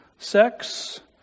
Sex